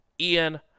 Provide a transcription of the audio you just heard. Ian